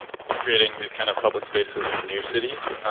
with creating these kind of public spaces in new cities.